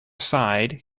side